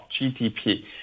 GDP